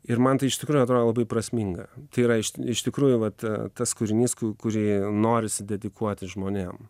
ir man tai iš tikrųjų atrodo labai prasminga tai yra iš tikrųjų vat tas kūrinys ku kurį norisi dedikuoti žmonėm